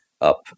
up